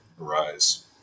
arise